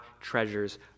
treasures